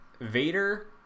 vader